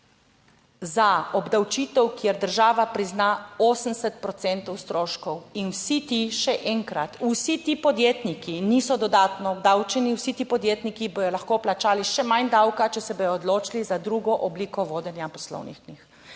za obdavčitev, kjer država prizna 80 % stroškov in vsi ti, še enkrat, vsi ti podjetniki niso dodatno obdavčeni, vsi ti podjetniki bodo lahko plačali še manj davka, če se bodo odločili za drugo obliko vodenja poslovnih knjig.